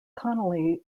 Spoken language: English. connolly